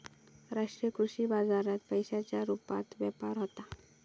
राष्ट्रीय कृषी बाजारात पैशांच्या रुपात व्यापार होता